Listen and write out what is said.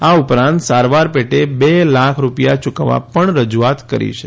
આ ઉપરાંત સારવાર પેટે બે લાખ રૂપિયા યુકવવા પણ રજુઆત કરી છે